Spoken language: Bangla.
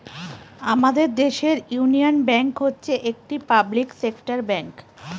আমাদের দেশের ইউনিয়ন ব্যাঙ্ক হচ্ছে একটি পাবলিক সেক্টর ব্যাঙ্ক